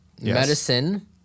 medicine